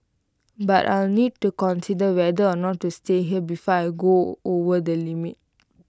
but I'll need to consider whether or not to stay here before I go over the limit